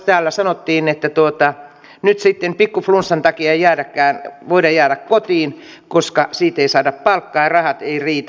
täällä sanottiin että nyt sitten pikku flunssan takia ei voida jäädä kotiin koska siitä ei saada palkkaa ja rahat ei riitä